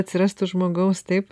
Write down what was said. atsirastų žmogaus taip